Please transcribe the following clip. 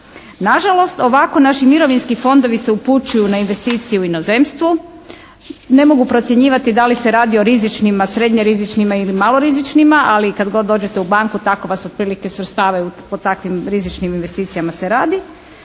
Nažalost ovako naši mirovinski fondovi se upućuju na investicije u inozemstvo. Ne mogu procjenjivati da li se radi o rizičnima, srednje rizičnima ili malo rizičnima, ali kad god dođete u banku tako vas otprilike svrstavaju, po takvim rizičnim investicijama se radi.